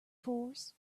force